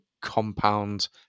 compound